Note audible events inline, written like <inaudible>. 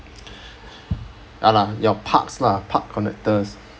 <breath> ya lah your parks lah park connectors